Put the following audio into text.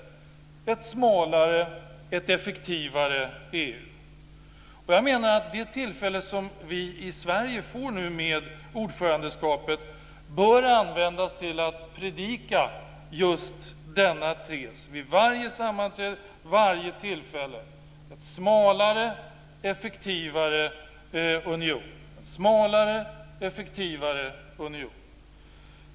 Det är ett smalare och ett effektivare EU. Jag menar att det tillfälle som vi i Sverige får nu i och med ordförandeskapet bör användas till att predika just denna tes vid varje sammanträde och varje tillfälle: en smalare och effektivare union.